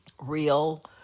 real